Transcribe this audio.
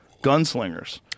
gunslingers